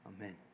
Amen